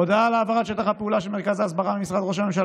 הודעה על העברת שטח הפעולה של מרכז ההסברה ממשרד ראש הממשלה